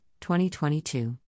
2022